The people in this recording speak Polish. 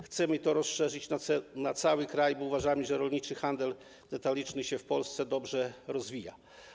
Chcemy to rozszerzyć na cały kraj, bo uważamy, że rolniczy handel detaliczny w Polsce dobrze się rozwija.